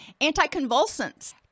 Anticonvulsants